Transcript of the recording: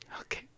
Okay